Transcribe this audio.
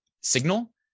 signal